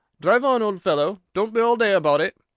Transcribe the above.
drive on, old fellow. don't be all day about it!